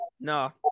No